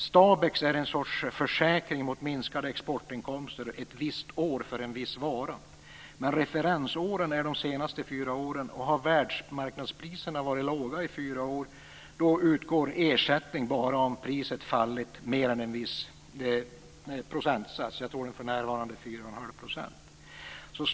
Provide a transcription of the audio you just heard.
STABEX är en sorts försäkring mot minskade exportinkomster ett visst år för en viss vara. Men referensåren är de senaste fyra åren. Har världsmarknadspriserna varit låga i fyra år utgår ersättning bara om priset fallit mer än en viss procentsats. Jag tror att det för närvarande är 4 1⁄2 %.